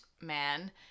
man